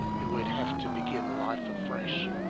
he would have to begin life afresh.